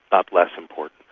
but less important.